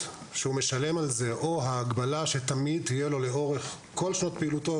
משלם על זה או ההגבלה שתהיה תמיד לו לאורך שנות פעילותו,